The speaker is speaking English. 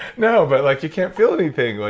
no, but like you can't feel anything.